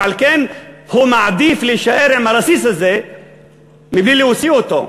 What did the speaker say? ועל כן הוא מעדיף להישאר עם הרסיס הזה מבלי להוציא אותו.